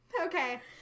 Okay